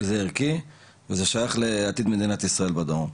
כי זה ערכי וזה שייך לעתיד מדינת ישראל בדרום.